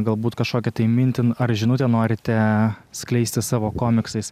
galbūt kažkokią tai mintį ar žinutę norite skleisti savo komiksais